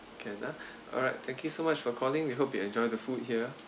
can ah alright thank you so much for calling we hope you enjoy the food here